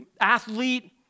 athlete